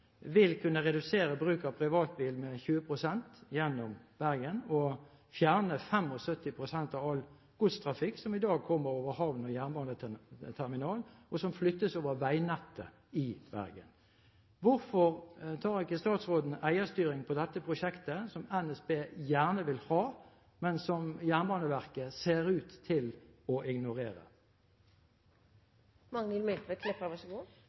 vil kunne redusere bruk av privatbil med 20 pst. gjennom Bergen og fjerne 75 pst. av all godstrafikk som i dag kommer over havnen og jernbaneterminalen, og som flyttes over til veinettet i Bergen. Hvorfor tar ikke statsråden eierstyring på dette prosjektet som NSB gjerne vil ha, men som Jernbaneverket ser ut til å